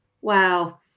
Wow